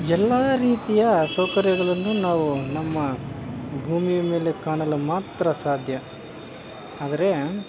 ಎಲ್ಲಾ ರೀತಿಯ ಸೌಕರ್ಯಗಳನ್ನು ನಾವು ನಮ್ಮ ಭೂಮಿಯ ಮೇಲೆ ಕಾಣಲು ಮಾತ್ರ ಸಾಧ್ಯ ಆದರೆ